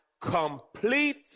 complete